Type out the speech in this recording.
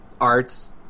arts